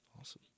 Awesome